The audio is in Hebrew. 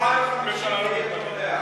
ההצעה לכלול את